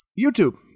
YouTube